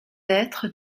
être